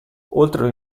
oltre